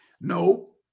No